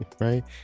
Right